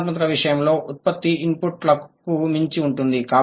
సృజనాత్మకత విషయంలో ఉత్పత్తి ఇన్పుట్కు మించి ఉంటుంది